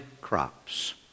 crops